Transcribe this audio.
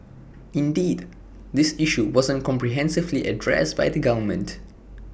indeed this issue wasn't comprehensively addressed by the government